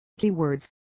Keywords